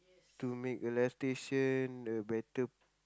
to make a live station a better